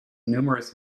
numerous